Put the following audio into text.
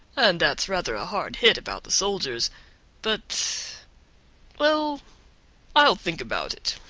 and that's rather a hard hit about the soldiers but well i'll think about it,